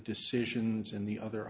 decisions in the other